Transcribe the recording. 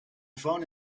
phone